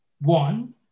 One